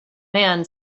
man